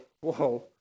whoa